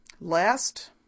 last